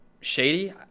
shady